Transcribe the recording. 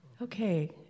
Okay